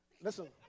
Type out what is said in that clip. Listen